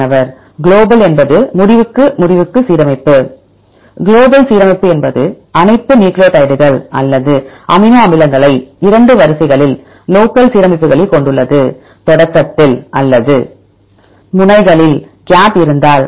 மாணவர் குளோபல் என்பது முடிவுக்கு முடிவுக்கு சீரமைப்பு குளோபல் சீரமைப்பு என்பது அனைத்து நியூக்ளியோடைடுகள் அல்லது அமினோ அமிலங்களை 2 வரிசைகளில் லோக்கல் சீரமைப்புகளில் கொண்டுள்ளது தொடக்கத்தில் அல்லது முனைகளில் கேப் இருந்தால்